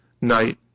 night